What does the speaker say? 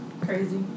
Crazy